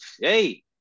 hey